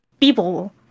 people